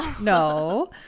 No